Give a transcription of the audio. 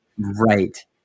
Right